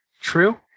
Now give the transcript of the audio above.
True